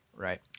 Right